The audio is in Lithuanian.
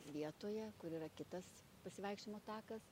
vietoje kur yra kitas pasivaikščiojimo takas